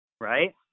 Right